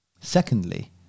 Secondly